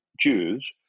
Jews